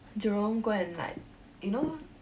jerome go and like you know